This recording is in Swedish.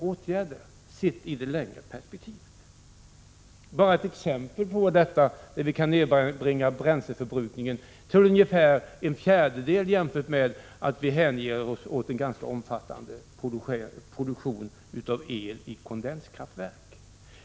Jag vill bara ta ett exempel på att vi kan nedbringa bränsleförbrukningen till ungefär en fjärdedel jämfört med om vi hänger oss åt en ganska omfattande produktion av el i kondenskraftverk.